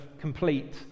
complete